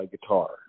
guitar